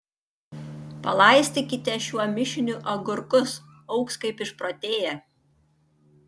palaistykite šiuo mišiniu agurkus augs kaip išprotėję